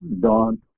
Dawn